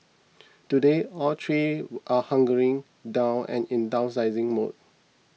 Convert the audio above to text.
today all three are hunkering down and in downsizing mode